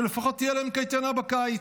שלפחות תהיה להם קייטנה בקיץ.